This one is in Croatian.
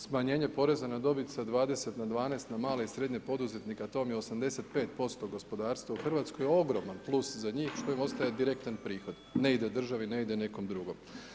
Smanjenje poreza na dobit sa 20 na 12 za male i srednje poduzetnike, a to vam je 85% gospodarstva u RH, je ogroman plus za njih, što im ostaje direktan prihod, ne ide državi, ne ide nekom drugom.